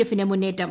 എഫിന് മുന്നേറ്റം